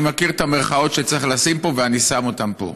ואני מכיר את המירכאות שצריך לשים פה ואני שם אותם פה,